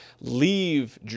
leave